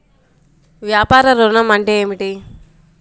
వ్యాపార ఋణం అంటే ఏమిటి?